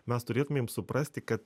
mes turėtumėm suprasti kad